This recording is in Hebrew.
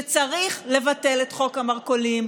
שצריך לבטל את חוק המרכולים,